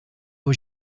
was